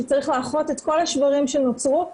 שצריך לאחות את כל השברים שנוצרו,